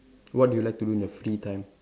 what do you like to do in your free time